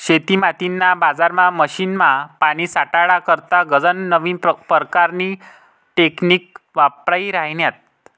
शेतीमातीमा, बजारमा, मशीनमा, पानी साठाडा करता गनज नवीन परकारनी टेकनीक वापरायी राह्यन्यात